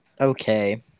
okay